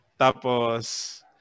tapos